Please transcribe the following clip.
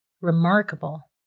Remarkable